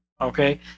Okay